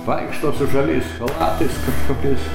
vaikšto su žaliais chalatais kažkokiais